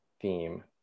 theme